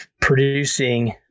producing